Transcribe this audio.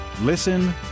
Listen